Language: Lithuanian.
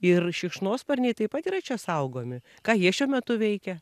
ir šikšnosparniai taip pat yra čia saugomi ką jie šiuo metu veikia